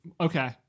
Okay